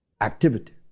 activity